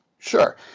Sure